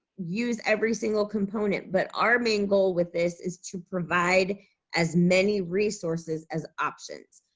use every single component but our main goal with this is to provide as many resources as options.